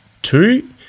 two